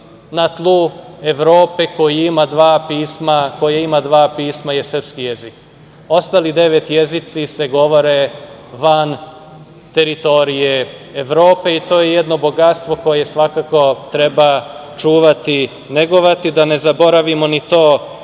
na tlu Evrope koji ima dva pisma je srpski jezik, ostala devet jezika se govore van teritorije Evrope i to je jedno bogatstvo koje svakako treba čuvati i negovati. Da ne zaboravimo ni to da